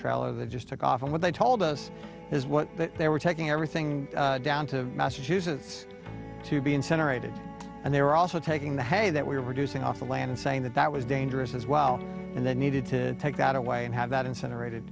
trailer they just took off and what they told us is what they were taking everything down to massachusetts to be incinerated and they were also taking the hay that we were to sing off the land saying that that was dangerous as well and they needed to take that away and have that incinerated